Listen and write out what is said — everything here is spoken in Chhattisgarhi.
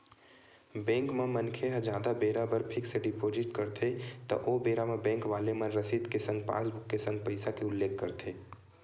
बेंक म मनखे ह जादा बेरा बर फिक्स डिपोजिट करथे त ओ बेरा म बेंक वाले मन रसीद के संग पासबुक के संग पइसा के उल्लेख करथे